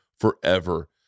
forever